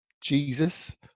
jesus